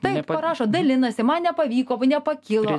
taip parašo dalinasi man nepavyko nepakilo